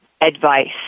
advice